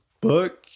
book